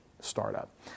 startup